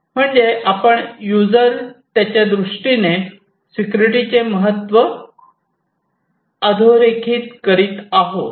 म्हणजे आपण युजर त्यादृष्टीने सिक्युरिटीचे महत्त्व अधोरेखित करीत आहोत